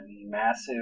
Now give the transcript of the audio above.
massive